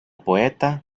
poeta